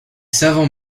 savants